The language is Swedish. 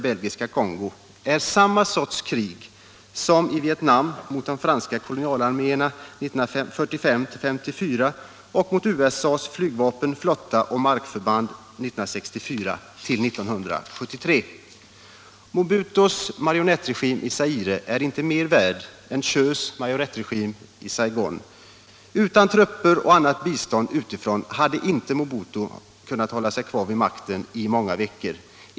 Belgiska Kongo, är samma sorts krig som i Vietnam mot de franska kolonialarméerna 1945-1954 och mot USA:s flygvapen, flotta och markförband 1964-1973. Mobutus marionettregim i Zaire är inte mera värd än Thieus marionettregim i Saigon. Utan trupper och annat bistånd utifrån hade inte Mobutu kunnat hålla sig kvar vid makten många veckor.